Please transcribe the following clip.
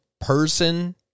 person